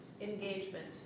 engagement